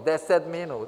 Deset minut.